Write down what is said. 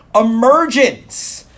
Emergence